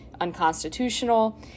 unconstitutional